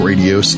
Radio